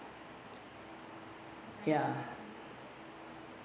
ya